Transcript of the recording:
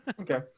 Okay